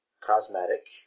cosmetic